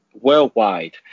worldwide